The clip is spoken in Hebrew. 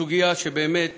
סוגיה שבאמת